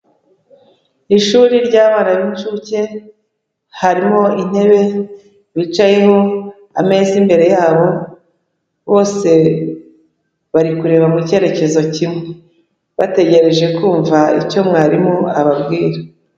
Ishuri ry'abana b'incuke, harimo intebe bicayeho, ameza imbere yabo, bose bari kureba mu cyerekezo kimwe, bategereje kumva icyo mwarimu ababwira.